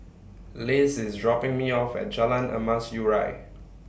Liz IS dropping Me off At Jalan Emas Urai